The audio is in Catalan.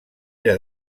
era